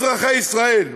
אזרחי ישראל,